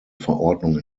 verordnung